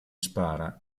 spara